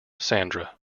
sandra